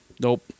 Nope